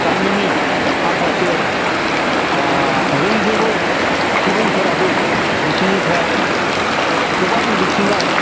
गामिनि माखासे रोंजोबै सुबुंफोराबो बिसिनिफ्राय गोबां बिथिङाव